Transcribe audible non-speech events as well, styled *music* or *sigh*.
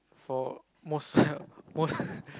for most *laughs* most *laughs*